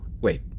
Wait